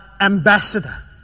ambassador